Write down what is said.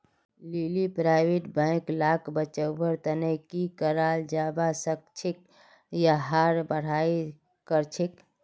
लीली private bank लाक बचव्वार तने की कराल जाबा सखछेक यहार पढ़ाई करछेक